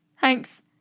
thanks